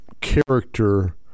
character